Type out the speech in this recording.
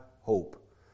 hope